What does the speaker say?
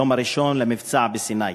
ביום הראשון למבצע בסיני.